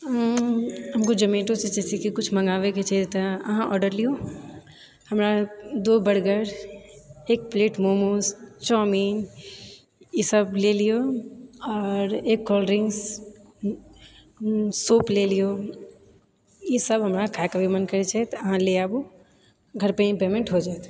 हमको जोमेटोसँ जैसेकी किछु माँगाबैके छै तऽ अहाँ आर्डर लियौ हमरा दो बर्गर एक प्लेट मोमोज चाउमीन ई सब ले लियौ आओर एक कोलड्रिंक्स सुप लए लियौ ई सब हमरा खाएके अभी मन करैत छै तऽ अहाँ लए आबु घर पे ही पेमेन्ट हो जाएत